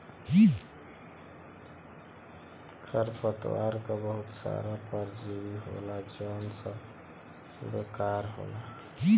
खरपतवार क बहुत सारा परजाती होला जौन सब बेकार होला